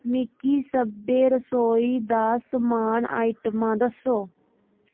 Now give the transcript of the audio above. मिगी सब्भै रसोई दा समान आइटमां दस्सो